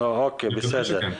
אני מקווה שכן.